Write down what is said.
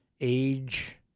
age